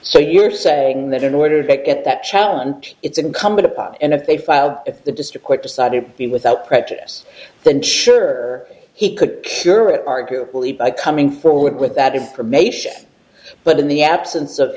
so you're saying that in order to get that challenge it's incumbent upon and if they file at the district court decided in without prejudice then sure he could cure it arguably by coming forward with that information but in the absence of